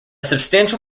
substantial